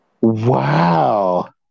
Wow